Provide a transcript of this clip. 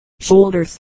shoulders